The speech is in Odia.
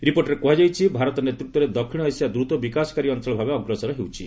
ରିପୋର୍ଟରେ କୁହାଯାଇଛି ଭାରତ ନେତୃତ୍ୱରେ ଦକ୍ଷିଣ ଏସିଆ ଦ୍ରୁତ ବିକାଶକାରୀ ଅଞ୍ଚଳ ଭାବେ ଅଗ୍ରସର ହେଉଛି